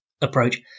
approach